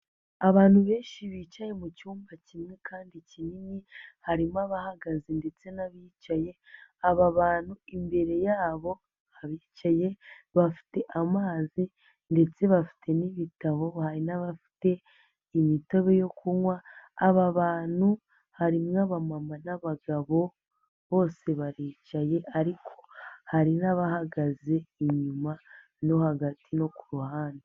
Abantu benshi bicaye mu cyumba kimwe kandi kinini, harimo abahagaze ndetse n'abicaye, aba bantu imbere yabo abicaye bafite amazi ndetse bafite n'ibitabo hari n'abafite imitobe yo kunywa, aba bantu harimo abamama n'abagabo, bose baricaye ariko hari n'abahagaze inyuma no hagati no ku ruhande.